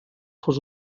fos